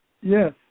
Yes